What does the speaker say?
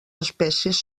espècies